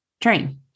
train